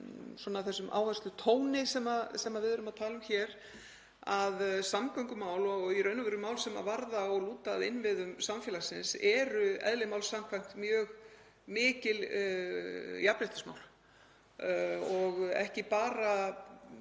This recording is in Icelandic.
að þessum áherslutóni sem við erum að tala um hér, að samgöngumál og mál sem varða og lúta að innviðum samfélagsins eru eðli máls samkvæmt mjög mikil jafnréttismál. Það er ekki bara